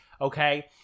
Okay